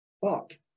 fuck